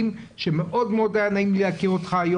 אנחנו כולנו נירתם פה,